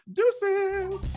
Deuces